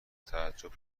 تعجب